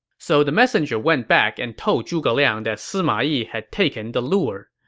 so the messenger went back and told zhuge liang that sima yi had taken the lure.